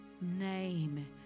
name